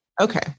Okay